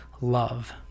love